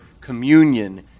communion